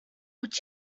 would